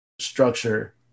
structure